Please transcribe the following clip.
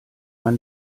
man